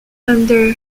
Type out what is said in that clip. under